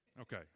Okay